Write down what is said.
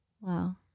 Wow